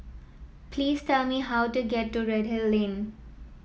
please tell me how to get to Redhill Lane